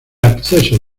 acceso